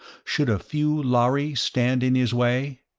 should a few lhari stand in his way?